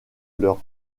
leurs